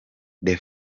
the